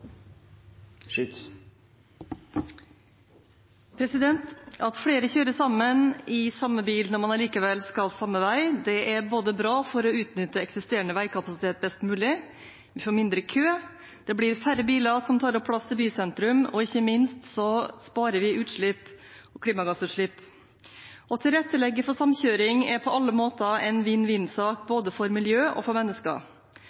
At flere kjører sammen i samme bil når man allikevel skal samme vei, er bra for å utnytte eksisterende veikapasitet best mulig, man får mindre kø, det blir færre biler som tar opp plass i bysentrum, og ikke minst får vi lavere klimagassutslipp. Å tilrettelegge for samkjøring er på alle måter en